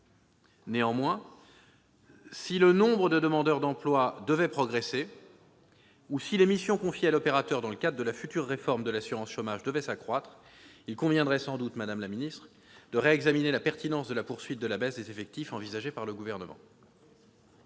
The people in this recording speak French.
Néanmoins, si le nombre de demandeurs d'emploi devait progresser, ou si les missions confiées à l'opérateur dans le cadre de la future réforme de l'assurance chômage devaient s'accroître, il conviendrait sans doute de réexaminer la pertinence de la poursuite de la baisse des effectifs envisagée par le Gouvernement.